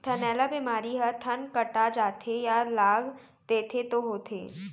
थनैला बेमारी ह थन कटा जाथे या लाग देथे तौ होथे